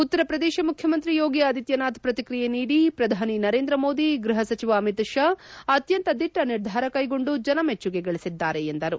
ಉತ್ತರ ಪ್ರದೇಶ ಮುಖ್ಯಮಂತ್ರಿ ಯೋಗಿ ಆದಿತ್ಲನಾಥ್ ಪ್ರತಿಕ್ರಿಯೆ ನೀಡಿ ಪ್ರಧಾನಿ ನರೇಂದ್ರ ಮೋದಿ ಗ್ಬಹ ಸಚಿವ ಅಮಿತ್ ಶಾ ಅತ್ಯಂತ ದಿಟ್ಟ ನಿರ್ಧಾರ ಕೈಗೊಂಡು ಜನಮೆಚ್ಚುಗೆ ಗಳಿಸಿದ್ದಾರೆ ಎಂದರು